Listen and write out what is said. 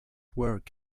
work